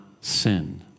sin